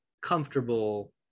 comfortable